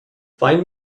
find